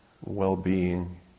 well-being